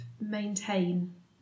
maintain